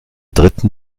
dritten